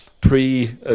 pre